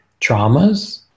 traumas